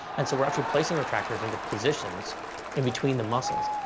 and so we're actually placing retractors into positions in between the muscles.